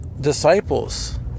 disciples